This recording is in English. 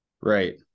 Right